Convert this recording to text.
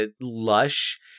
lush